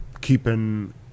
keeping